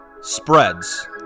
spreads